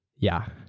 yeah.